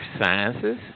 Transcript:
sciences